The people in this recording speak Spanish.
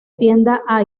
tienda